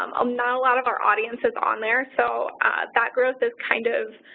um um not a lot of our audience is on there, so that growth is kind of